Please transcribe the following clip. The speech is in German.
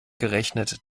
gerechnet